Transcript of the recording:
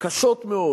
קשות מאוד